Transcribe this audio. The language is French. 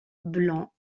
blanc